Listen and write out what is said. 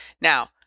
Now